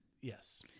Yes